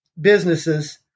businesses